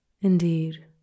Indeed